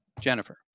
Jennifer